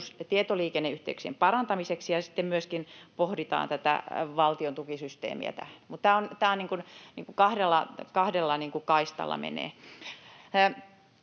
tietoliikenneyhteyksien parantamiseksi, ja sitten myöskin pohditaan tätä valtiontukisysteemiä tähän. Mutta tämä niin kuin kahdella kaistalla menee.